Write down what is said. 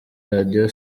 radio